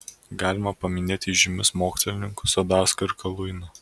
galima paminėti žymius mokslininkus sadauską ir kaluiną